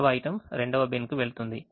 6వ item 2వ బిన్కు వెళుతుంది